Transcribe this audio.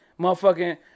motherfucking